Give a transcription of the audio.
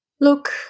Look